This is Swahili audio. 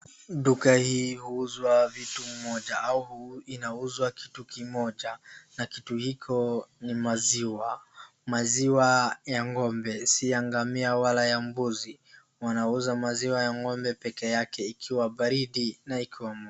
Duka hii huuza vitu mmoja au huuza kitu kimoja. Na kitu hiko ni maziwa. Maziwa ya ng'ombe si ya ngamia wala ya mbuzi. Wanauza maziwa ya ng'ombe pekee yake ikiwa baridi na ikiwa.